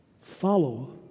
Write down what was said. follow